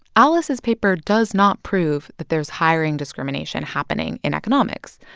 alice's paper does not prove that there's hiring discrimination happening in economics.